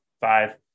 five